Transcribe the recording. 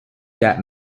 that